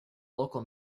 local